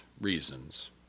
reasons